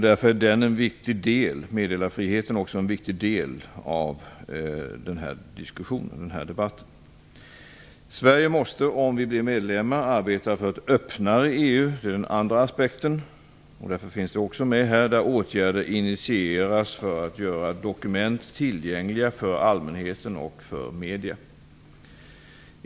Därför är också meddelarfriheten en viktig del av den här debatten. Sverige måste om vi blir medlemmar arbeta för ett öppnare EU - det är den andra aspekten, och därför finns också den med i det här sammanhanget. Åtgärder bör initieras för att göra dokument tillgängliga för allmänheten och för media.